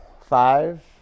Five